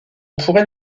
pourrait